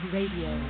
Radio